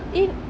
eh